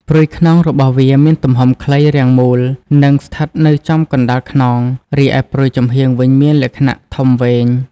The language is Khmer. ព្រុយខ្នងរបស់វាមានទំហំខ្លី រាងមូល និងស្ថិតនៅចំកណ្ដាលខ្នង រីឯព្រុយចំហៀងវិញមានលក្ខណៈធំវែង។